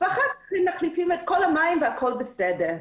ואחרי כן הם מחליפים את כל המים והכול בסדר.